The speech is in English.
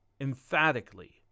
emphatically